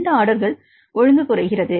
எந்த ஆர்டர்கள் ஒழுங்கு குறைகிறது